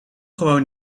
gewoon